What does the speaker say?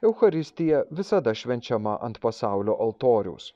eucharistija visada švenčiama ant pasaulio altoriaus